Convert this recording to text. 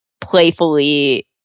playfully